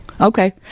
okay